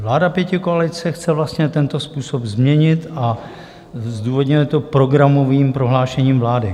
Vláda pětikoalice chce vlastně tento způsob změnit a zdůvodňuje to programovým prohlášením vlády.